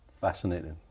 Fascinating